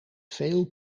veel